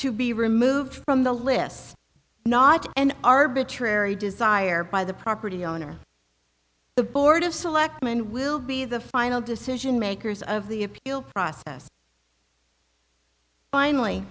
to be removed from the list not an arbitrary desire by the property owner the board of selectmen will be the final decision makers of the appeal process finally